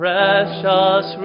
Precious